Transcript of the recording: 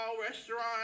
restaurant